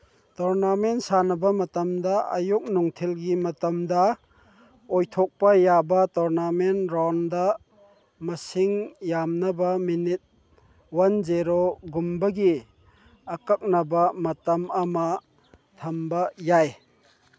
tournament ꯁꯥꯟꯅꯕ ꯃꯇꯝꯗ ꯑꯌꯨꯛ ꯅꯨꯡꯊꯤꯜꯒꯤ ꯃꯇꯝꯗ ꯑꯣꯏꯊꯣꯛꯄ ꯌꯥꯕ ꯇꯣꯔꯅꯥꯃꯦꯟ ꯔꯥꯎꯟꯗ ꯃꯁꯤꯡ ꯌꯥꯝꯅꯕ ꯃꯤꯅꯤꯠ ꯋꯥꯟ ꯖꯦꯔꯣꯒꯨꯝꯕꯒꯤ ꯑꯀꯛꯅꯕ ꯃꯇꯝ ꯑꯃ ꯊꯝꯕ ꯌꯥꯏ